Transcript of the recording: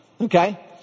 okay